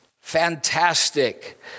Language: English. fantastic